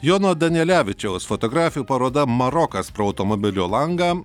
jono danielevičiaus fotografijų paroda marokas pro automobilio langą